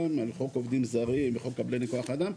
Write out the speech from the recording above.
חוק עובדים זרים וחוק כוח אדם,